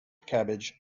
cabbage